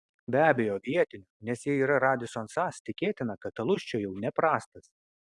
be abejo vietinio nes jei yra radisson sas tikėtina kad alus čia jau neprastas